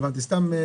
אני תושב עכו,